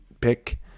pick